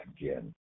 again